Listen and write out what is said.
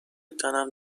تنم